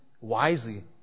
wisely